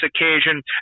occasion